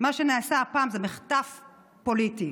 מה שנעשה הפעם זה מחטף פוליטי.